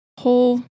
whole